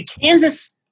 Kansas